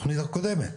תכנית הקודמת.